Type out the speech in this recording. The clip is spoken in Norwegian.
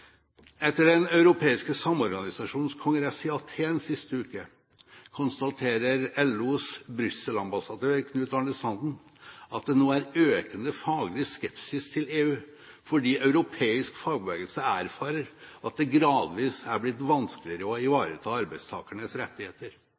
Etter den europeiske samorganisasjonens kongress i Athen siste uke konstaterer LOs mann i Brussel, Knut Arne Sanden, at det nå er økende faglig skepsis til EU, fordi europeisk fagbevegelse erfarer at det gradvis er blitt vanskeligere å